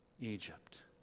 Egypt